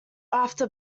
after